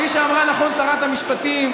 כפי שאמרה נכון שרת המשפטים,